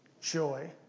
joy